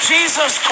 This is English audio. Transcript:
Jesus